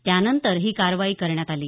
त्यानंतर ही कारवाई करण्यात आली